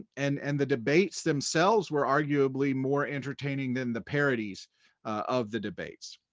and and the debates themselves were arguably more entertaining than the parodies of the debates.